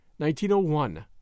1901